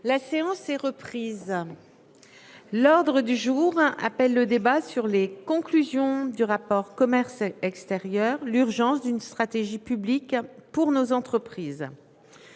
La séance est reprise. L'ordre du jour un appel. Le débat sur les conclusions du rapport. Commerce extérieur. L'urgence d'une stratégie publique pour nos entreprises.